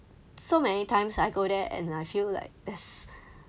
so many times I go there and I feel like there's